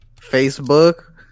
Facebook